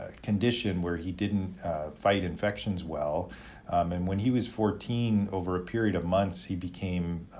ah condition where he didn't fight infections well and when he was fourteen, over a period of months, he became,